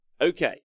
okay